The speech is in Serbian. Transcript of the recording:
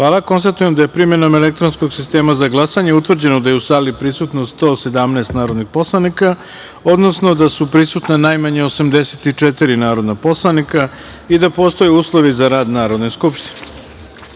jedinice. Hvala. Konstatujem da je, primenom elektronskog sistema za glasanje, utvrđeno da je u sali prisutno 117 narodnih poslanika, odnosno da su prisutna najmanje 84 narodna poslanika i da postoje uslovi za rad Narodne